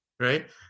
Right